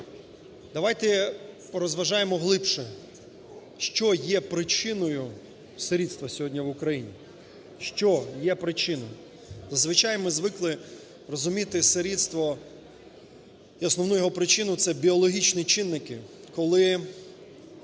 Давайте порозважаємо глибше, що є причиною сирітства сьогодні в Україні. Що є причиною? Зазвичай ми звикли розуміти сирітство і основну його причину, це біологічні чинники,